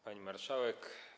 Pani Marszałek!